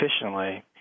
efficiently